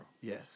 Yes